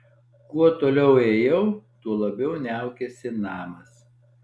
kuo toliau ėjau tuo labiau niaukėsi namas